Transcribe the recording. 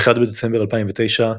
ב-1 בדצמבר 2009,